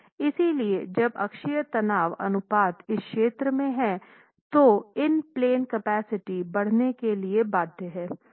इसलिए जब अक्षीय तनाव अनुपात इस क्षेत्र में हैं तो इन प्लेन कैपेसिटी बढ़ने के लिए बाध्य है